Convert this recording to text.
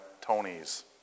Tony's